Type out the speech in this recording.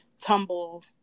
tumble